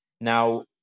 Now